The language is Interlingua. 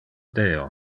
deo